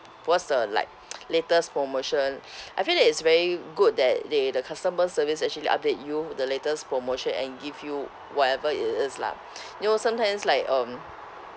what's the like latest promotion I feel that is very good that they the customer service actually update you the latest promotion and give you whatever it is lah you know sometimes like um